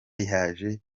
yaje